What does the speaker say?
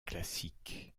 classiques